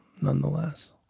nonetheless